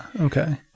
okay